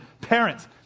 parents